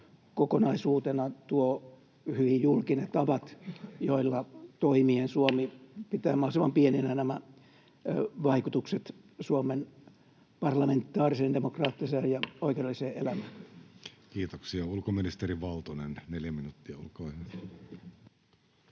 kokonaisuutena tuo hyvin julki ne tavat, joilla toimien Suomi pitää mahdollisimman pieninä nämä vaikutukset Suomen parlamentaariseen, demokraattiseen ja oikeudelliseen elämään. Kiitoksia. — Ulkoministeri Valtonen, neljä minuuttia, olkaa